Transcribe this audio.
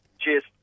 Cheers